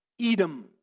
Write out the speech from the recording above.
Edom